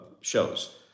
shows